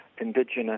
Indigenous